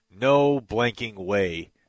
no-blanking-way